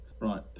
Right